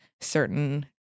certain